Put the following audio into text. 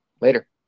Later